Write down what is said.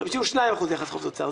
52% יחס חוב-תוצר.